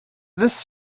this